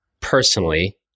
personally